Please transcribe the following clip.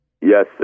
Yes